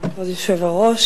אדוני היושב-ראש,